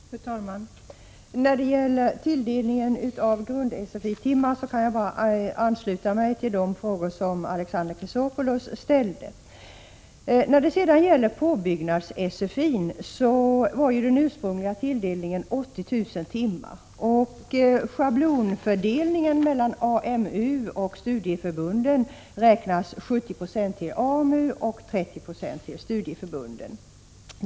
Fru talman! När det gäller tilldelningen av grund-SFI-timmar kan jag bara ansluta mig till de frågor som Alexander Chrisopoulos ställde. När det gäller påbyggnads-SFI, var den ursprungliga tilldelningen 80 000 timmar. Schablonfördelningen mellan AMU och studieförbunden räknas 70 Ye till AMU och 30 9? till studieförbunden.